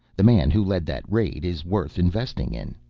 the man who led that raid is worth investing in.